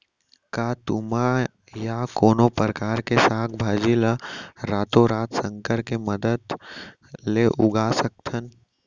का तुमा या कोनो परकार के साग भाजी ला रातोरात संकर के मदद ले उगा सकथन?